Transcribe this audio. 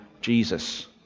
Jesus